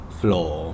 floor